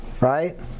right